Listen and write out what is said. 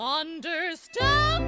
understand